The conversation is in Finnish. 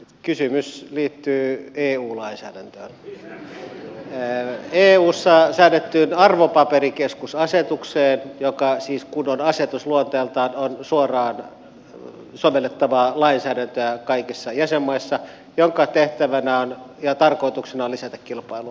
kysymys liittyy eu lainsäädäntöön eussa säädettyyn arvopaperikeskusasetukseen joka siis kun on asetus luonteeltaan on suoraan sovellettavaa lainsäädäntöä kaikissa jäsenmaissa ja jonka tehtävänä ja tarkoituksena on lisätä kilpailua